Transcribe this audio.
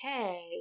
Okay